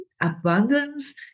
abundance